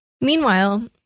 Meanwhile